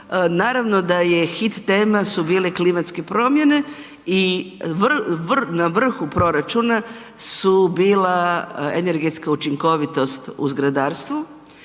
naravno da je hit tema su bile klimatske promjene i na vrhu proračuna su bila energetska učinkovitost u zgradarstvu,